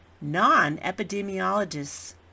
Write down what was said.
non-epidemiologists